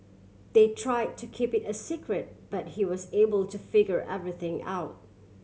they try to keep it a secret but he was able to figure everything out